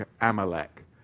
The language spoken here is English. Amalek